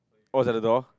oh it's at the door